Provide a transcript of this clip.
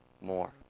more